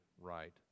right